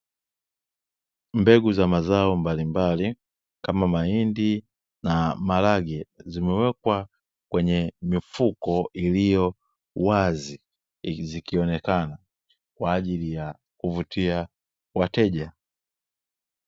Mbegu za mazao mbalimbali, kama mahindi na maharage, zimewekwa kwenye mifuko iliyo wazi, zikionekana kwa ajili ya kuvutia wateja.